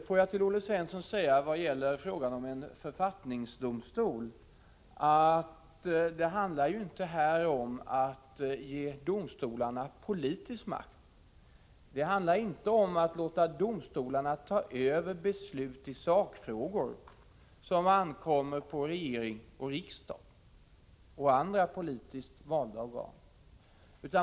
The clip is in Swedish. Fru talman! Vad gäller frågan om en författningsdomstol handlar det inte, Olle Svensson, om att ge domstolarna politisk makt eller om att låta domstolarna ta över beslut i sakfrågor som det ankommer på regering och riksdag och andra politiskt valda organ att fatta.